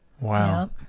Wow